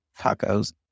tacos